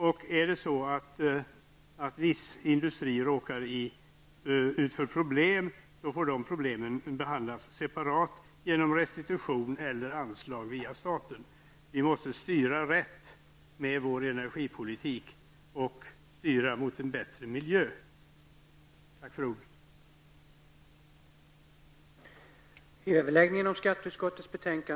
Om viss industri råkar ut för problem, får dessa problem behandlas separat genom restitution eller anslag via staten. Vi måste styra rätt med vår energipolitik, och styra mot en bättre miljö. Tack för ordet.